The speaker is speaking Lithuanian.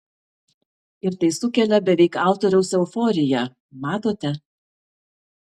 ir tai sukelia beveik autoriaus euforiją matote